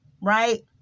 right